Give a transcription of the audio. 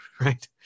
right